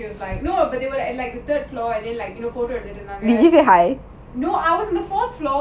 no I was at fourth floor மோதலை வந்து:mothala vanthu mask போடு இருந்த:potu iruntha she was wearing a mask